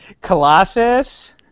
Colossus